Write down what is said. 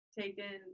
taken